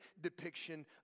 depiction